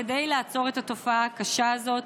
כדי לעצור את התופעה הקשה הזאת.